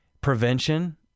prevention